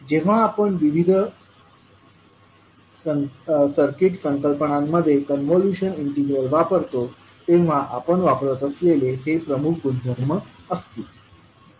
जेव्हा आपण विविध सर्किट संकल्पनांमध्ये कॉन्व्होल्यूशन इंटिग्रल वापरतो तेव्हा आपण वापरत असलेले हे प्रमुख गुणधर्म असतील